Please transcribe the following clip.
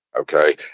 Okay